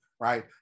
Right